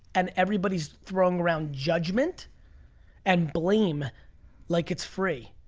and everybody's throwing around judgment and blame like it's free.